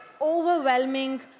overwhelming